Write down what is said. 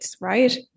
right